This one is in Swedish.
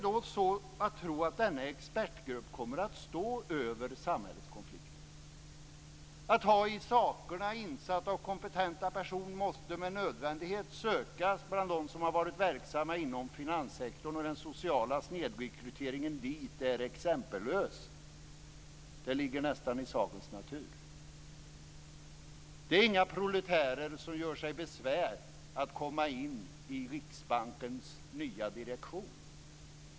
Kommer då denna expertgrupp att stå ovanför samhällets konflikter? I sakerna insatta och kompetenta personer måste med nödvändighet sökas bland dem som har varit verksamma inom finanssektorn, och den sociala snedrekryteringen dit är exempellös - det ligger nästan i sakens natur. Det är inga proletärer som gör sig besvär att komma in i Riksbankens nya direktion.